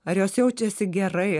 ar jos jaučiasi gerai